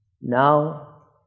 now